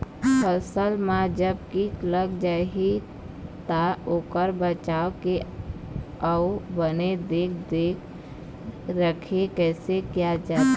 फसल मा जब कीट लग जाही ता ओकर बचाव के अउ बने देख देख रेख कैसे किया जाथे?